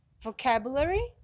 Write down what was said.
vocabulary